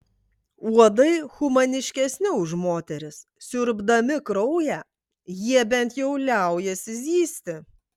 uodai humaniškesni už moteris siurbdami kraują jie bent jau liaujasi zyzti